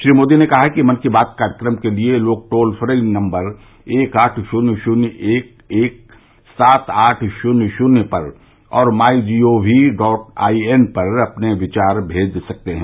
श्री मोदी ने कहा कि मन की बात कार्यक्रम के लिए लोग टोल फ्री नम्बर एक आठ शृन्य शृन्य एक एक सात आठ शृन्य शृन्य पर और my G O V dot I N पर अपने विचार भेज सकते हैं